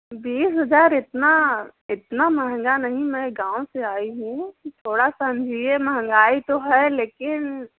बीस हज़ार इतना इतना महँगा नहीं मैं गाँव से आई हूँ तो थोड़ा समझिए महँगाई तो है लेकिन